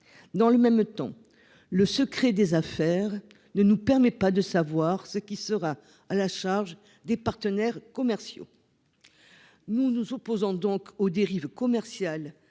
Dans le même temps le secret des affaires ne nous permet pas de savoir ce qui sera à la charge des partenaires commerciaux. Nous nous opposons donc aux dérives commerciales